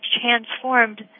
transformed